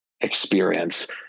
experience